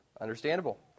Understandable